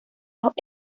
los